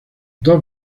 dos